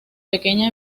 pequeña